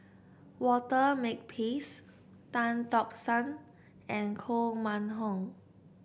Walter Makepeace Tan Tock San and Koh Mun Hong